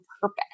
purpose